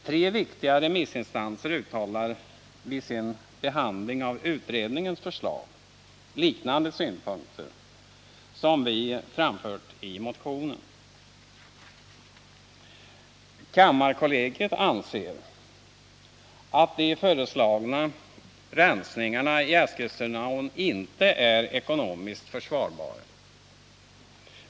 Tre viktiga remissinstanser uttalade vid sin behandling av utredningens förslag liknande synpunkter som vi framfört i motionen. Kammarkollegiet anser att de föreslagna rensningarna i Eskilstunaån inte är ekonomiskt försvarbara.